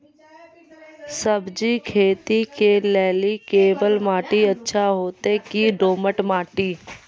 सब्जी खेती के लेली केवाल माटी अच्छा होते की दोमट माटी?